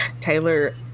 Taylor